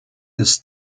this